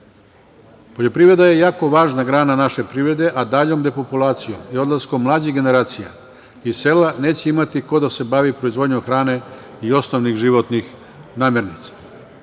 pitanjem. Poljoprivreda je jako važna grana naše privrede, a daljom depopulacijom i odlaskom mlađih generacija iz sela neće imati ko da se bavi proizvodnjom hrane i osnovnih životnih namirnica.